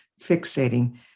fixating